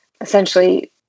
essentially